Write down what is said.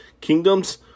kingdoms